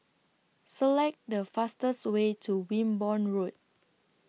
Select The fastest Way to Wimborne Road